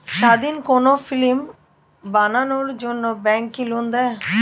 স্বাধীন কোনো ফিল্ম বানানোর জন্য ব্যাঙ্ক কি লোন দেয়?